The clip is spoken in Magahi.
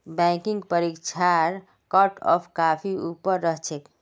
बैंकिंग परीक्षार कटऑफ काफी ऊपर रह छेक